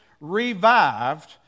revived